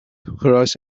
کراس